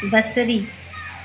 बसरी